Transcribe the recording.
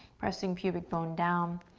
pressing pubic bone down.